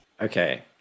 Okay